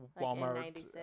Walmart